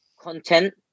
content